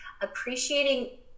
appreciating